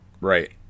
Right